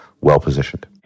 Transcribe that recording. well-positioned